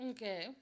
Okay